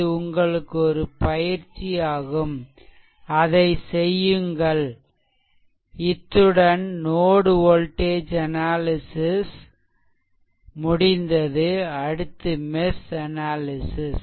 இது உங்களுக்கு ஒரு பயிற்சி ஆகும் அதை செய்யுங்கள்இத்துடன் நோட் வோல்டேஜ் அனாலிசிஸ் முடிந்தது அடுத்து மெஷ் அனாலிசிஸ்